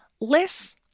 less